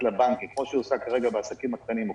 כפי שהיא עושה כרגע בעסקים הקטנים או